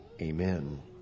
Amen